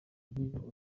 niyo